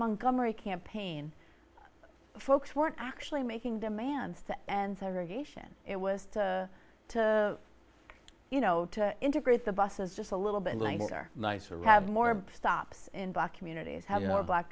mongomery campaign folks weren't actually making demands to end segregation it was to to you know to integrate the buses just a little bit longer nicer have more stops in black communities have more black